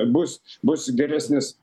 bus bus geresnės